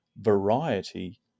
variety